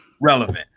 relevant